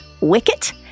Wicket